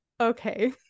okay